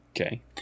Okay